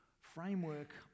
framework